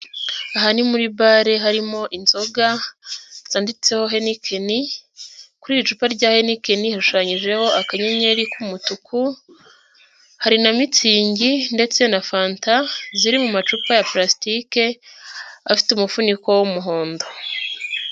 Aha ni muri bare harimo inzoga zanditseho Heineken kuri icupa rya heineken hashushanyijeho akanyenyeri k'umutuku, hari na mitzing ndetse na fanta, ziri mu macupa ya palasitike, afite umufuniko w'umuhondo.